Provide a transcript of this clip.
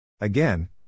Again